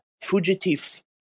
fugitive